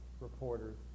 reporters